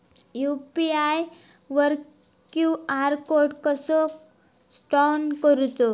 UPI वर QR code कसा scan करूचा?